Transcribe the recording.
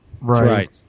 Right